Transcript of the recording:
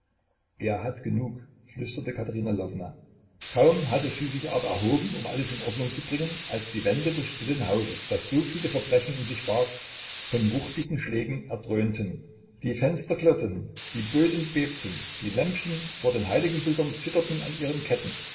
er hat genug flüsterte katerina lwowna kaum hatte sie sich aber erhoben um alles in ordnung zu bringen als die wände des stillen hauses das so viele verbrechen in sich barg von wuchtigen schlägen erdröhnten die fenster klirrten die böden bebten die lämpchen vor den heiligenbildern zitterten an ihren ketten